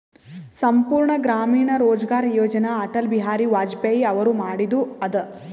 ಸಂಪೂರ್ಣ ಗ್ರಾಮೀಣ ರೋಜ್ಗಾರ್ ಯೋಜನ ಅಟಲ್ ಬಿಹಾರಿ ವಾಜಪೇಯಿ ಅವರು ಮಾಡಿದು ಅದ